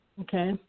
Okay